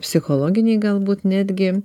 psichologiniai galbūt netgi